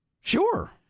Sure